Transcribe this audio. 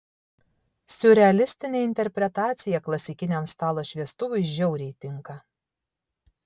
siurrealistinė interpretacija klasikiniam stalo šviestuvui žiauriai tinka